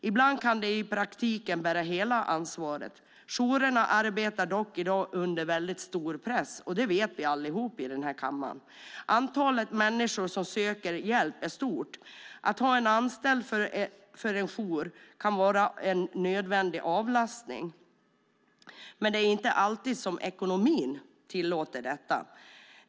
Ibland kan de i praktiken bära hela ansvaret. Jourerna arbetar dock i dag under väldigt stor press, och det vet vi allihop i den här kammaren. Antalet människor som söker hjälp är stort. Att ha en anställd kan för en jour vara en nödvändig avlastning, men det är inte alltid ekonomin tillåter detta.